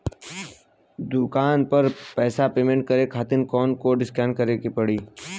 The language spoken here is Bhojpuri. दूकान पर पैसा पेमेंट करे खातिर कोड कैसे स्कैन करेम?